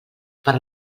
per